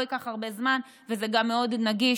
זה לא ייקח הרבה זמן וזה גם מאוד נגיש.